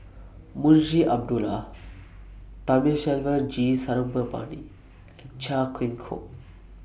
Munshi Abdullah Thamizhavel G Sarangapani and Chia Keng Hock